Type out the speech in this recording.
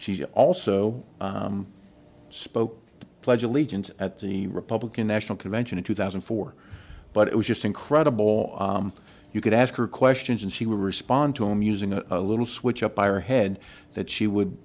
she also spoke to pledge allegiance at the republican national convention in two thousand and four but it was just incredible you could ask her questions and she would respond to him using a little switch up by her head that she would